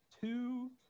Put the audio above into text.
two